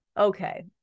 okay